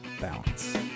balance